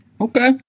Okay